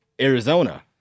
Arizona